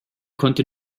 konnte